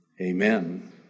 Amen